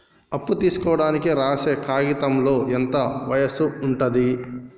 అప్పు తీసుకోనికి రాసే కాయితంలో ఎంత వయసు ఉంటది?